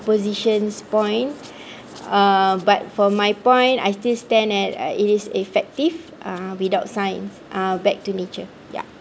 oppositions point uh but for my point I still stand at uh it is effective uh without science uh back to nature ya